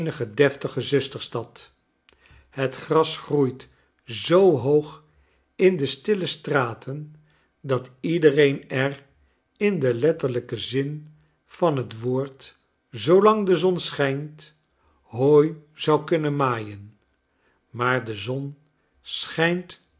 defcige zusterstad het gras groeit zoo hoog in de stille straten dat iedereen er in den letterlijken zin van het woord zoolang de zon schijnt hooi zou kunnen maaien maar de zon schijnt